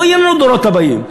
לא יהיו לנו הדורות הבאים.